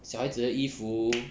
小孩子的衣服